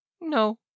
No